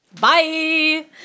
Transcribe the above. Bye